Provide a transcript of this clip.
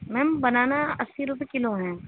میم banana اسی روپیے kilo ہیں